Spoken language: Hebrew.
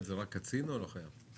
מפקד זה קצין או שזה לוחם?